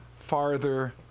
Farther